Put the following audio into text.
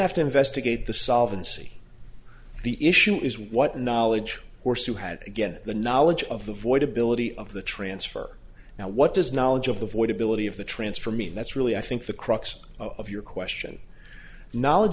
have to investigate the solve and see the issue is what knowledge or sue had again the knowledge of the void ability of the transfer now what does knowledge of the void ability of the transfer mean that's really i think the crux of your question knowledge